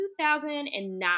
2009